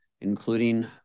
including